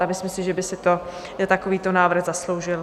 A myslím si, že by si to takovýto návrh zasloužil.